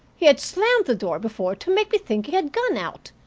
he had slammed the door before to make me think he had gone out,